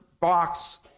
box